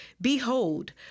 Behold